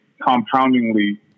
compoundingly